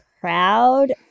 proud